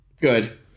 good